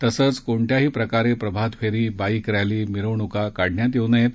तसंच कोणत्याही प्रकारे प्रभात फेरी बाईक रस्ती मिरवणुका काढण्यात येऊ नयेत